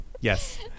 Yes